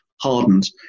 hardened